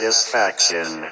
Satisfaction